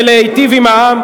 ולהיטיב עם העם.